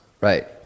right